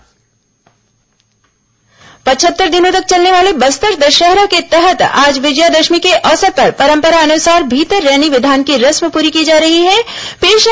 बस्तर दशहरा पचहत्तर दिनों तक चलने वाले बस्तर दशहरा के तहत आज विजयादशमी के अवसर पर परंपरानुसार भीतर रैनी विधान की रस्म पूरी की जा रही है